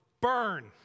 Burn